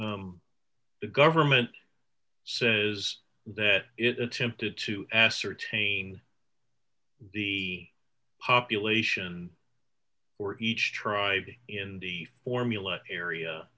im the government says that it attempted to ascertain the population or each tribe in the formula area